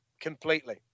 completely